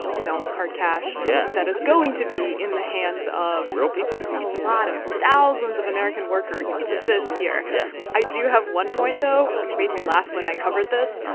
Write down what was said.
you know, hard cash yeah. that is going to be in the hands of. real people a lot of thousands of american workers yeah this year. i do have one point, though, which made me laugh when i covered this.